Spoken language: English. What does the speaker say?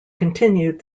continued